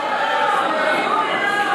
אורי, אורי.